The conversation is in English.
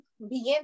begin